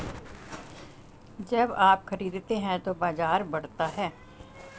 जब आप खरीदते हैं तो बाजार बढ़ता है